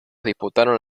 disputaron